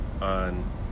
On